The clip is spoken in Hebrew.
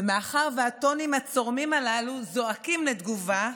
ומאחר שהטונים הצורמים הללו זועקים לתגובה,